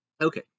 Okay